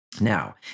Now